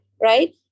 right